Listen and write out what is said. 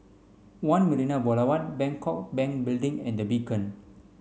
One Marina Boulevard Bangkok Bank Building and The Beacon